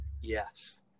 Yes